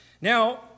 Now